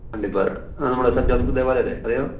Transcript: വണ്ടിപ്പാല നമ്മുടെ സെൻജോസഫ് ദേവാലയമല്ലേ അറിയാമോ